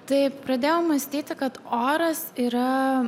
taip pradėjau mąstyti kad oras yra